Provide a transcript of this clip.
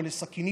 כולל סכינים,